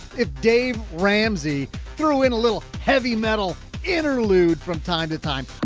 if dave ramsey threw in a little heavy metal interlude from time to time.